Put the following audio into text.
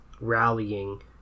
rallying